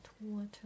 water